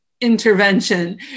intervention